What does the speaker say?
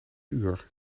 uur